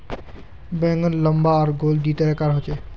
बैंगन लम्बा आर गोल दी तरह कार होचे